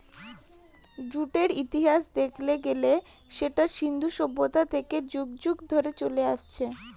জুটের ইতিহাস দেখতে গেলে সেটা সিন্ধু সভ্যতা থেকে যুগ যুগ ধরে চলে আসছে